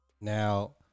now